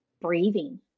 breathing